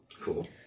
Cool